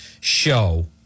show